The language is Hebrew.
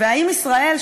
והאם ישראל,